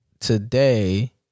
today